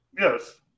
Yes